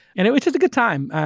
and it was just a good time.